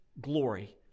glory